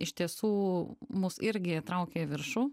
iš tiesų mus irgi traukia į viršų